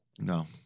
No